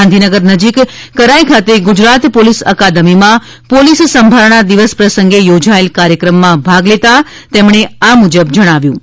ગાંધીનગર નજીક કરાઇ ખાતે ગુજરાત પોલીસ અકાદમીમાં પોલીસ સંભારણા દિવસ પ્રસંગે યોજાયેલ કાર્યક્રમમાં ભાગ લેતા તેમણે આમ જણાવ્યુ હતું